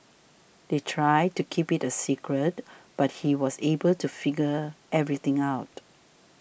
they tried to keep it a secret but he was able to figure everything out